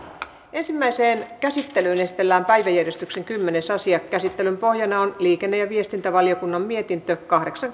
ensimmäiseen käsittelyyn esitellään päiväjärjestyksen kymmenes asia käsittelyn pohjana on liikenne ja viestintävaliokunnan mietintö kahdeksan